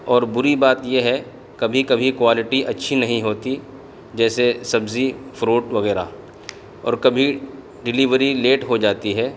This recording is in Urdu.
اور بری بات یہ ہے کبھی کبھی کوالٹی اچھی نہیں ہوتی جیسے سبزی فروٹ وغیرہ اور کبھی ڈلیوری لیٹ ہو جاتی ہے